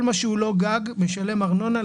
כל מה שהוא לא גג משלם ארנונה,